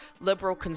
liberal